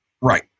Right